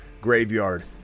Graveyard